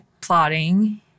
plotting